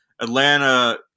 Atlanta